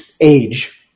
age